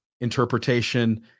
interpretation